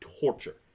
torture